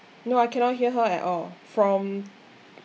no I cannot hear her at all from